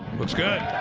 looks good.